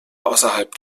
außerhalb